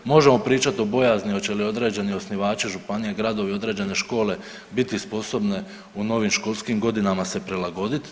Možemo pričati o bojazni oće li određeni osnivači županije, gradovi, određene škole biti sposobne u novim školskim godinama se prilagodit.